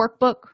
workbook